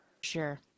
sure